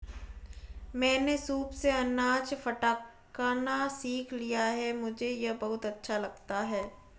मैंने सूप से अनाज फटकना सीख लिया है मुझे यह बहुत अच्छा लगता है